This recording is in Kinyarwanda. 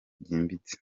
ryimbitse